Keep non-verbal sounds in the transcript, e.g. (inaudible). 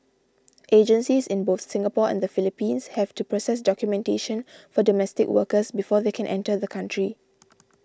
(noise) agencies in both Singapore and the Philippines have to process documentation for domestic workers before they can enter the country